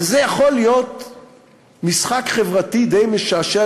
וזה יכול להיות משחק חברתי די משעשע,